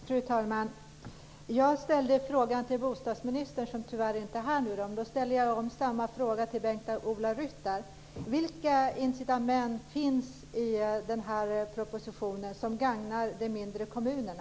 Fru talman! Jag ställde min fråga till bostadsministern, som tyvärr nu inte är här. Då ställer jag samma fråga till Bengt-Ola Ryttar: Vilka incitament finns i propositionen som gagnar de mindre kommunerna?